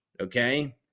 okay